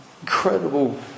Incredible